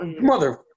mother